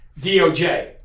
DOJ